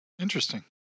Interesting